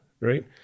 right